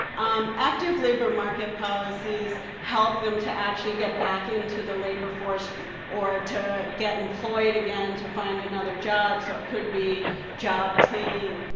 um active labor market policies help them to actually get back into the labor force or to get employed again to find another job. so it could be job training.